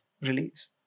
release